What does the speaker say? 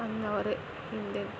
അന്നവർ Indian